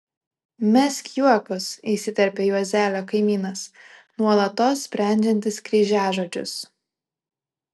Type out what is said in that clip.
mesk juokus įsiterpia juozelio kaimynas nuolatos sprendžiantis kryžiažodžius